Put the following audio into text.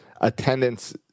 attendance